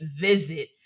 visit